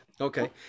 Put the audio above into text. Okay